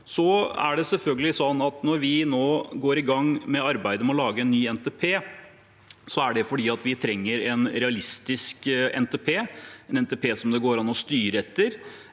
Når vi nå går i gang med arbeidet med å lage en ny NTP, er det fordi vi trenger en realistisk NTP, en NTP som det går an å styre etter,